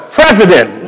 president